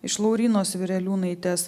iš laurynos vireliūnaitės